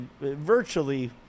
virtually